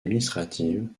administratives